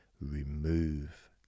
remove